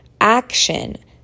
action